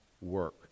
work